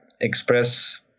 express